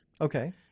Okay